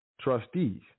trustees